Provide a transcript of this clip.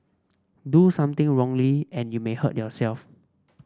do something wrongly and you may hurt yourself